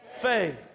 faith